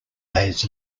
days